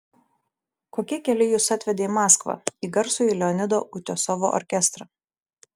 kokie keliai jus atvedė į maskvą į garsųjį leonido utiosovo orkestrą